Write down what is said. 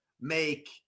make